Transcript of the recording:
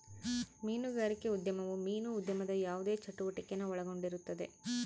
ಮೀನುಗಾರಿಕೆ ಉದ್ಯಮವು ಮೀನು ಉದ್ಯಮದ ಯಾವುದೇ ಚಟುವಟಿಕೆನ ಒಳಗೊಂಡಿರುತ್ತದೆ